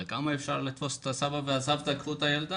אבל כמה אפשר לתפוס את הסבא והסבתא כדי שייקחו את הילדה.